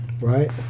right